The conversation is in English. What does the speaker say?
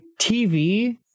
TV